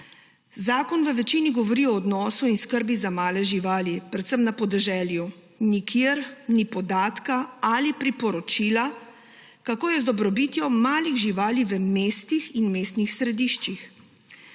Zakon v večini govori o odnosu in skrbi za male živali, predvsem na podeželju. Nikjer ni podatka ali priporočila, kako je z dobrobitjo malih živali v mestih in mestnih središčih.